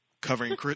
covering